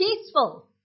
peaceful